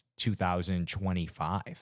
2025